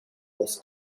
was